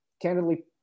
candidly